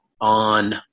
on